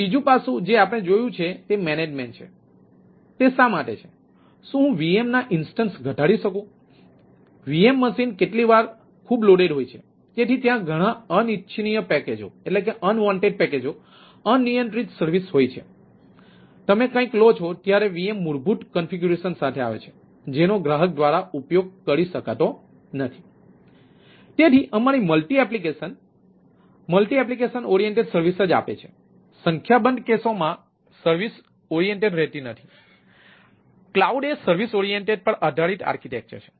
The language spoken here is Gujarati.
તો બીજું પાસું જે આપણે જોયું છે તે મેનેજમેન્ટ છે